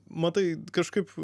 matai kažkaip